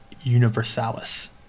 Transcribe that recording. Universalis